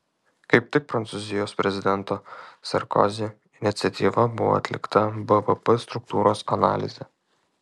kaip tik prancūzijos prezidento sarkozi iniciatyva buvo atlikta bvp struktūros analizė